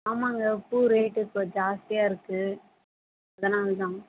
ஆமாங்க பூ ரேட்டு இப்போ ஜாஸ்தியாகருக்கு அதனால் தான்